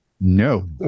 No